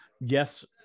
Yes